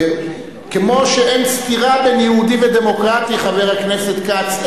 כמו שאין סתירה בין יהודי ודמוקרטי, חבר הכנסת כץ.